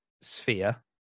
sphere